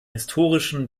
historischen